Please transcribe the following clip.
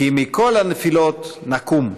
כי מכל הנפילות נקום'